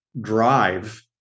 drive